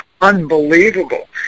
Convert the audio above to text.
unbelievable